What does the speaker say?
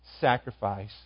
sacrifice